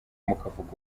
mukavuga